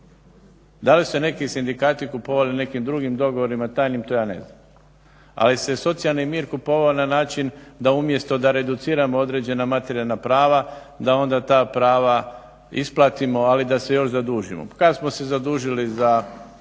Da li su se neki sindikati kupovali nekim drugim dogovorima tajnim to ja ne znam. Ali se socijalni mir kupovao na način da umjesto da reduciramo određena materijalna prava da onda ta prava isplatimo, ali da se još zadužimo. Kad smo se zadužili za